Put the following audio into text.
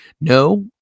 No